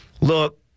Look